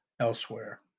elsewhere